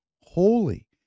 holy